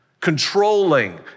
controlling